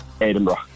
Edinburgh